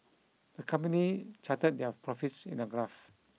the company charted their profits in a graph